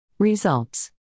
Results